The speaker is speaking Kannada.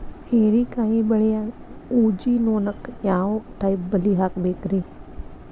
ಹೇರಿಕಾಯಿ ಬೆಳಿಯಾಗ ಊಜಿ ನೋಣಕ್ಕ ಯಾವ ಟೈಪ್ ಬಲಿ ಹಾಕಬೇಕ್ರಿ?